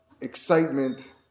excitement